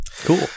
Cool